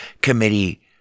committee